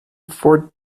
for